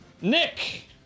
Nick